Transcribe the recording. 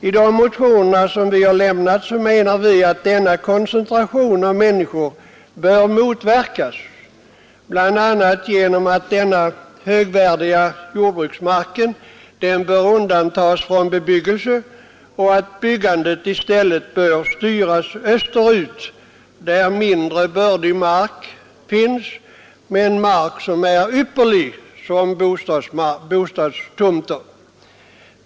I de motioner vi har avlämnat anför vi att den här koncentrationen av människor bör motverkas bl.a. genom att denna högvärdiga jordbruksmark undantas från bebyggelse. Vi har anfört att byggandet i stället bör styras österut, där mindre bördig mark finns — mark som dock är ypperlig för bostadstomter.